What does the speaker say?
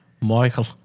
Michael